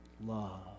love